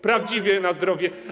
Prawdziwie na zdrowie.